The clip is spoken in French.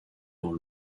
dans